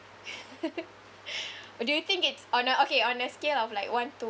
do you think it's on a okay on a scale of like one to